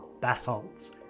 basalts